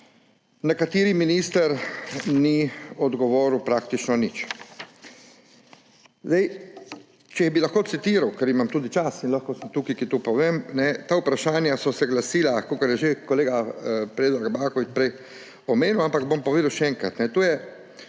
na katera minister ni odgovoril praktično nič. Če bi lahko citiral – ker imam tudi čas in sem lahko tukaj, to povem. Ta vprašanja so se glasila, kakor je že kolega Predrag Baković prej omenil. Ampak jih bom povedal še enkrat.